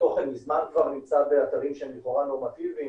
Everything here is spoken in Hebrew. התוכן מזמן נמצא כבר באתרים שהם לכאורה נורמטיביים,